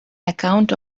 account